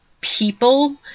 people